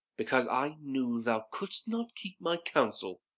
because i knew thou couldst not keep my counsel,